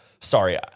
sorry